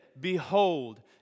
Behold